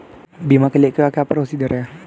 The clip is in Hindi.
बीमा के लिए क्या क्या प्रोसीजर है?